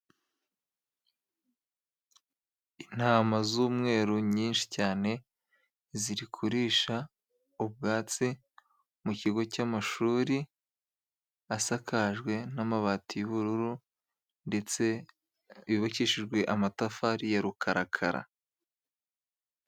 Intama z'umweru nyinshi cyane ziri kurisha ubwatsi mu kigo cy'amashuri asakajwe n'amabati y'ubururu ndetse yubukishijwe amatafari ya rukarakara.